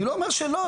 אני לא אומר שלא.